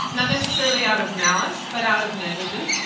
not necessarily out of malice, but out of negligence.